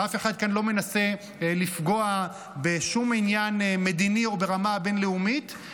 אף אחד כאן לא מנסה לפגוע בשום עניין מדיני או ברמה הבין-לאומית.